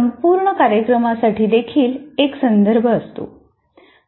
संपूर्ण कार्यक्रमासाठीदेखील एक संदर्भ असतो